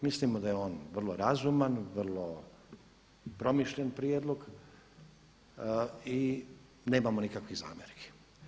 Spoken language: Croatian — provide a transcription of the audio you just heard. Mislimo da je on vrlo razuman, vrlo promišljen prijedlog i nemamo nikakvih zamjerki.